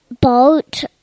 boat